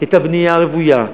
את הבנייה הרוויה,